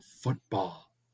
football